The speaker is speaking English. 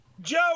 Joe